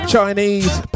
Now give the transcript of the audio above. Chinese